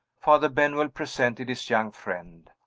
father benwell presented his young friend.